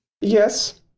yes